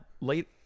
Late